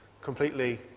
completely